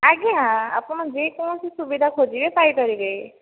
ଆଜ୍ଞା ଆପଣ ଯେକୌଣସି ସୁବିଧା ଖୋଜିବେ ପାଇପାରିବେ